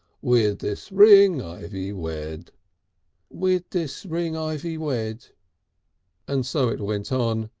withis ring ivy wed withis ring ivy wed and so it went on,